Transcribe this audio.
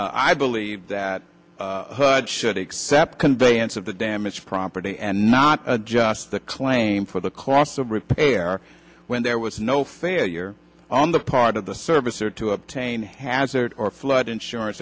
i believe that the hood should accept conveyance of the damaged property and not just the claim for the cost of repair when there was no failure on the part of the service or to obtain hazard or flood insurance